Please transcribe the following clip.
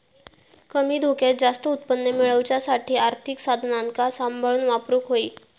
कमी धोक्यात जास्त उत्पन्न मेळवच्यासाठी आर्थिक साधनांका सांभाळून वापरूक होई